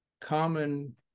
common